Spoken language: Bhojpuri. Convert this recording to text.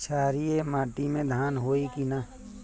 क्षारिय माटी में धान होई की न?